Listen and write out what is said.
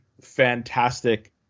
fantastic